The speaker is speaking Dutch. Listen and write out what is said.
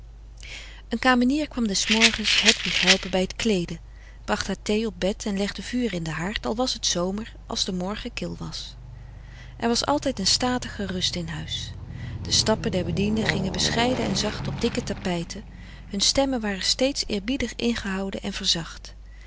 een kamenier kwam des morgens hedwig helpen bij t kleeden bracht haar thee op bed en legde vuur in den haard al was t zomer als de morgen kil was er was altijd een statige rust in huis de stappen der bedienden gingen bescheiden en zacht op dikke tapijten hun stemmen waren steeds eerbiedig ingehouden en verzacht